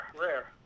rare